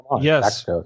yes